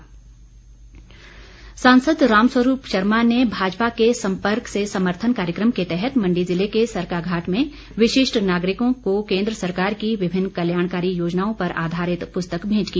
राम स्वरूप सांसद राम स्वरूप शर्मा ने भाजपा के संपर्क से समर्थन कार्यक्रम के तहत मंडी ज़िले के सरकाघाट में विशिष्ट नागरिकों को केन्द्र सरकार की विभिन्न कल्याणकारी योजनाओं पर आधारित पुस्तक मेंट की